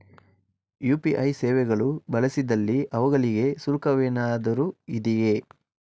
UPI ಸೇವೆಗಳು ಬಳಸಿದಲ್ಲಿ ಅವುಗಳಿಗೆ ಶುಲ್ಕವೇನಾದರೂ ಇದೆಯೇ?